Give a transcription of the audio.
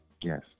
yes